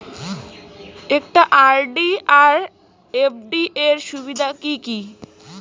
একটা আর.ডি আর এফ.ডি এর সুবিধা কি কি?